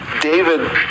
David